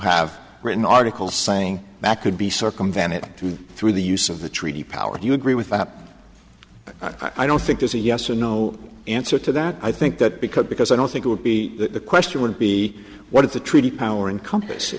have written articles saying that could be circumvented through the use of the treaty powers you agree with up i don't think there's a yes or no answer to that i think that because because i don't think it would be that the question would be what if the treaty power encompass it